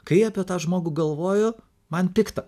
kai apie tą žmogų galvoju man pikta